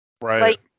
Right